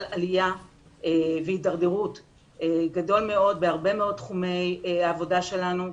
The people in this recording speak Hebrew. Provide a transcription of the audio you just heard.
עלייה והידרדרות גדול מאוד בהרבה מאוד תחומי העבודה שלנו,